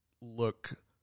look